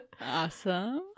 Awesome